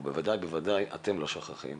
ובוודאי אתם לא שוכחים,